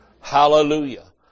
Hallelujah